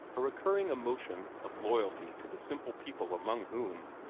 a recurring emotion of loyalty to the simple people among whom,